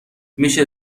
میشه